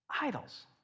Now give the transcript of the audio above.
idols